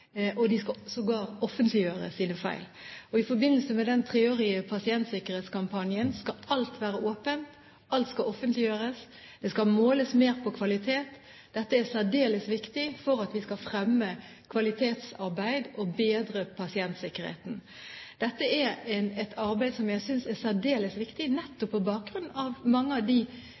og sågar offentliggjøre sine feil. I forbindelse med den treårige pasientsikkerhetskampanjen skal alt være åpent, alt skal offentliggjøres, det skal måles mer på kvalitet. Dette er særdeles viktig for at vi skal fremme kvalitetsarbeid og bedre pasientsikkerheten. Dette er et arbeid som jeg synes er særdeles viktig, nettopp på bakgrunn av mange av de